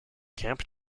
camp